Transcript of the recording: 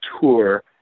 tour